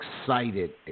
excited